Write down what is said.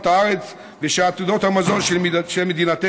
הארץ ושל עתודות המזון של מדינתנו,